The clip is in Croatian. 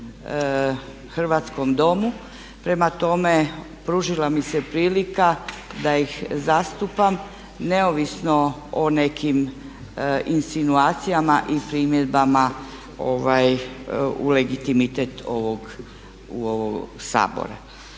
hrvatskom Domu. Prema tome pružila mi se prilika da ih zastupam neovisno o nekim insinuacijama i primjedbama u ovaj legitimitet ovog Sabora.